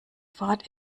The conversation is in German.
fahrt